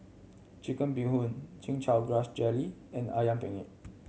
Chicken Bee Hoon Chin Chow Grass Jelly and Ayam Penyet